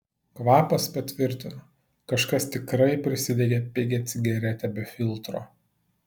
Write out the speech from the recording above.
kvapas patvirtino kažkas tikrai prisidegė pigią cigaretę be filtro